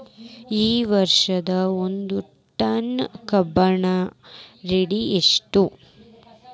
ಈ ವರ್ಷ ಒಂದ್ ಟನ್ ಕಬ್ಬಿನ ರೇಟ್ ಎಷ್ಟು?